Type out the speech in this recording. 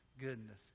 goodness